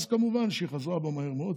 כמובן שהיא חזרה בה מהר מאוד,